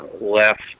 left